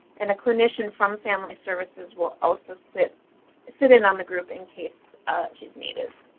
and a clinician from family services will also sit sit in on the group in case she's needed.